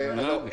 לא.